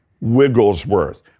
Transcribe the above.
Wigglesworth